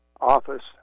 office